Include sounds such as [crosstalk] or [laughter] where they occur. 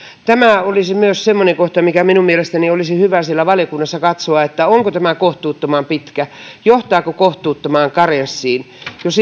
tämä olisi myös semmoinen kohta mikä minun mielestäni olisi hyvä siellä valiokunnassa katsoa onko tämä kohtuuttoman pitkä johtaako kohtuuttomaan karenssiin jos [unintelligible]